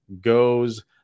goes